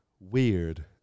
weird